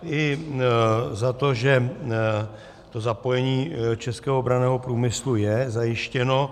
I za to, že to zapojení českého obranného průmyslu je zajištěno.